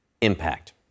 impact